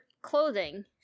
clothing